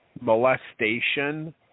molestation